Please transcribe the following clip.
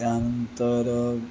त्यानंतर